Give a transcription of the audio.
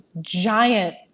giant